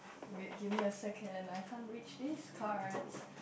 wait give me a second I can't reach this card